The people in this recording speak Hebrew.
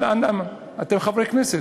אנא, אתם חברי הכנסת,